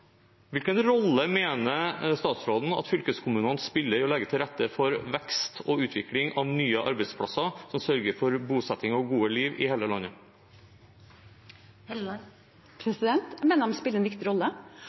Hvilken rolle mener statsråden at fylkeskommunene spiller i å legge til rette for vekst og utvikling av nye arbeidsplasser som sørger for bosetting og gode liv i hele landet? Jeg mener de spiller en viktig rolle.